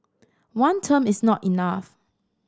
one term is not enough